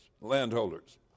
landholders